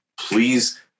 please